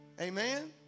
Amen